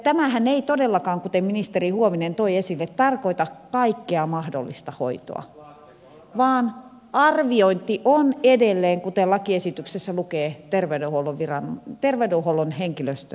tämähän ei todellakaan kuten ministeri huovinen toi esille tarkoita kaikkea mahdollista hoitoa vaan arviointi on edelleen kuten lakiesityksessä lukee terveydenhuollon henkilöstön tehtävä